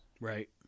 Right